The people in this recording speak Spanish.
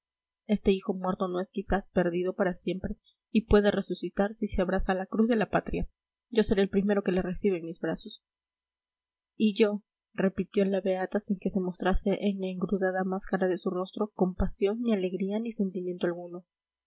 este hijo muerto no es quizás perdido para siempre y puede resucitar si se abraza a la cruz de la patria yo seré el primero que le reciba en mis brazos y yo repitió la beata sin que se mostrase en la engrudada máscara de su rostro compasión ni alegría ni sentimiento alguno